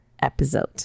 episode